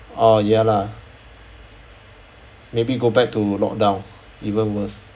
oh ya lah maybe go back to lock down even worse